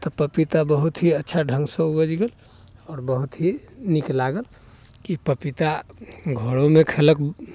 तऽ पपीता बहुत ही अच्छा ढङ्गसँ उपैज गेल आओर बहुत ही नीक लागल कि पपीता घरोमे खएलक